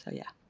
yeah.